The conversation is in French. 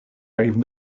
arrivent